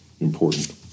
important